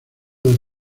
del